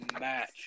match